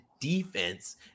defense